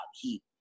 heat